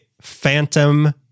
Phantom